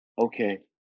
okay